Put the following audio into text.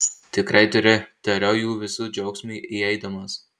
tikrai turi tariau jų visų džiaugsmui įeidamas